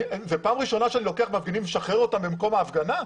זאת פעם ראשונה שאני לוקח מפגינים ומשחרר אותם למקום ההפגנה?